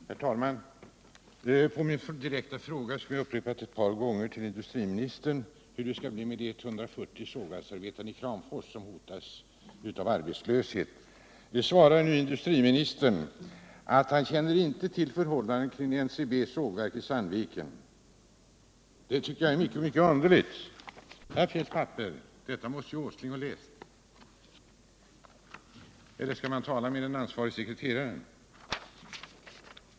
Herr talman! På min direkta fråga till industriministern, som jag har upprepat ett par gånger, om hur det skall bli med de 140 sågverksarbetarna i Kramfors som hotas av arbetslöshet, svarade han att han inte känner till förhållandena beträffande NCB:s sågverk i Sandviken. Det tycker jag är mycket underligt. Här finns det papper och det måste ju herr Åsling ha läst! Eller skall man tala med den ansvarige sekreteraren?